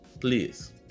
Please